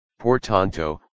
Portanto